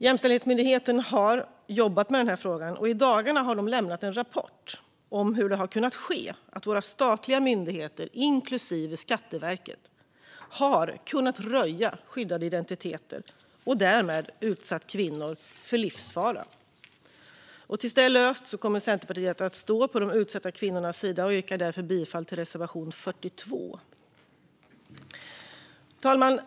Jämställdhetsmyndigheten har jobbat med frågan och i dagarna lämnat en rapport om hur det har kunnat ske att våra statliga myndigheter, inklusive Skatteverket, har kunnat röja skyddade identiteter och därmed utsatt kvinnor för livsfara. Till dess att det är löst kommer Centerpartiet att stå på de utsatta kvinnornas sida, och jag yrkar därför bifall till reservation 42. Fru talman!